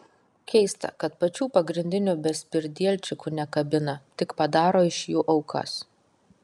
keista kad pačių pagrindinių bezpridielčikų nekabina tik padaro iš jų aukas